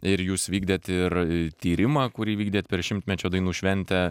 ir jūs vykdėt ir tyrimą kurį vykdėt per šimtmečio dainų šventę